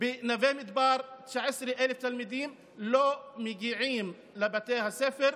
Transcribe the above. בנווה מדבר 19,000 תלמידים לא מגיעים לבתי הספר.